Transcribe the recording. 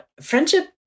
friendship